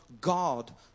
God